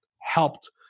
helped